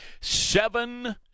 Seven